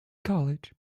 college